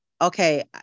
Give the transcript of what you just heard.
okay